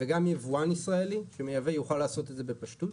וגם יבואן ישראלי שמייבא יוכל לעשות את זה בפשטות